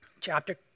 Chapter